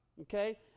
okay